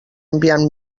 enviant